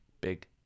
big